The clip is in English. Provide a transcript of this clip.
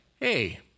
hey